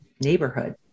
neighborhood